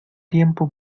tiempo